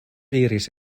iris